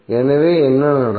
எனவே என்ன நடக்கும்